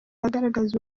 agaragaza